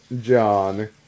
John